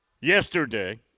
yesterday